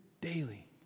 daily